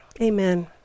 Amen